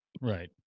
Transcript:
Right